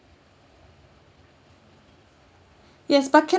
yes but can I